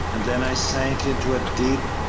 and then i sank into a deep,